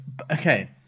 okay